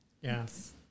Yes